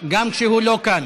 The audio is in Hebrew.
גם כשהוא לא כאן.